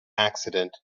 accident